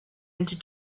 into